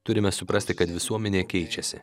turime suprasti kad visuomenė keičiasi